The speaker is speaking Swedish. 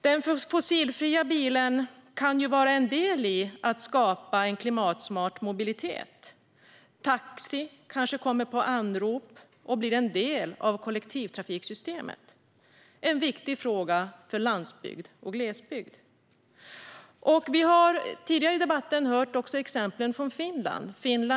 Den fossilfria bilen kan vara en del i att skapa en klimatsmart mobilitet. Taxi kanske kommer på anrop och blir en del av kollektivtrafiksystemet. Det är en viktig fråga för landsbygd och glesbygd. Tidigare i debatten har vi hört om exempel från Finland.